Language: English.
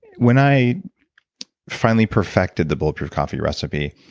when i finally perfected the bulletproof coffee recipe,